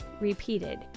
repeated